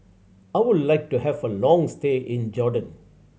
I would like to have a long stay in Jordan